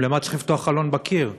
גם למה צריך לפתוח חלון בקיר?